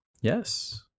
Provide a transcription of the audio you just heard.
Yes